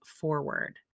forward